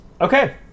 okay